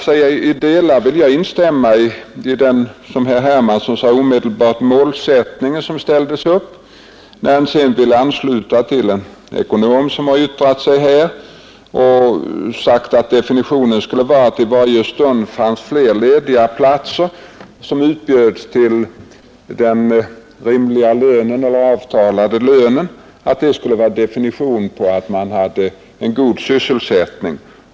Sedan vill jag gärna instämma med herr Hermansson i delar av den målsättning som han ställde upp. Han anslöt sig till en ekonom som sagt att definitionen på god sysselsättning skulle vara att det i varje stund finns fler lediga platser än arbetslösa och att dessa arbeten utbjöds till rimliga och avtalade löner.